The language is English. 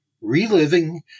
Reliving